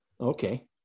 Okay